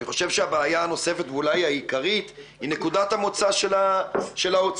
אני חושב שהבעיה הנוספת ואולי העיקרית היא נקודת המוצא של האוצר.